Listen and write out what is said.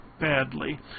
badly